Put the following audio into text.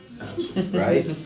Right